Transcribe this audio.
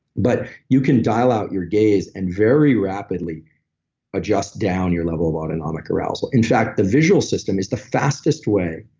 but you can dial out your gaze and very rapidly adjust down your level of autonomic arousal. in fact, the visual system is the fastest way,